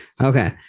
okay